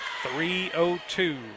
3-0-2